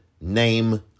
name